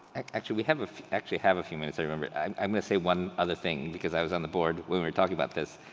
actually we have, ah actually have a few minutes i remember, i'm gonna say one other thing because i was on the board when we were talking about this.